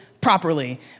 Properly